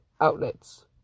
outlets